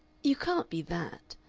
you can't be that,